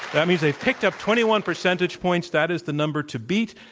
that means they picked up twenty one percentage points. that is the number to beat.